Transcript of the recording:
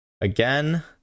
again